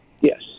Yes